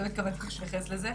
אני באמת לא התכוונתי להתייחס לזה,